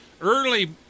Early